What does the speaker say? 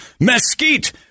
mesquite